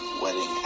wedding